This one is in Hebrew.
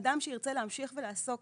כלומר, אדם שירצה להמשיך ולעסוק